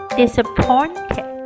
disappointed